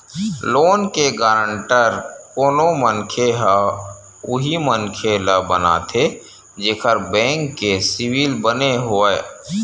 loan के guarantor कोनो मनखे ह उही मनखे ल बनाथे जेखर बेंक के सिविल बने होवय